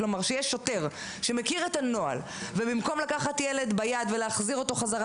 כלומר כשיש שוטר שמכיר את הנוהל ובמקום לקחת ילד ביד ולהחזיר אותו חזרה